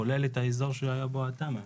כולל את האזור שהיה בו התמ"א.